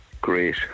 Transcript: Great